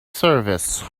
service